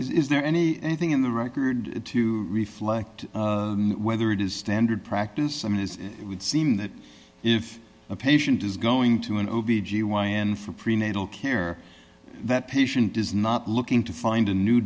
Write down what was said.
is there any anything in the record to reflect whether it is standard practice i mean is it would seem that if a patient is going to an o b g y n for prenatal care that patient is not looking to find a new